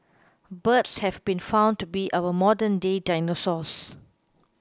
birds have been found to be our modernday dinosaurs